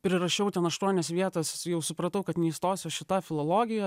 prirašiau ten aštuonias vietas jau supratau kad neįstosiu aš į tą filologiją